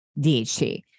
DHT